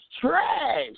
trash